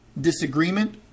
disagreement